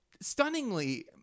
Stunningly